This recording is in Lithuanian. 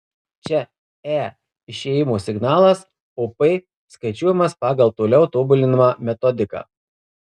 čia e išėjimo signalas o p skaičiuojamas pagal toliau tobulinamą metodiką